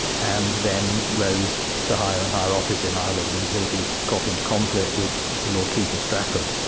and then rose to higher and higher office in ireland until he got into conflict with the lord keeper, strafford,